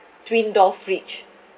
twin door fridge